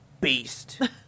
beast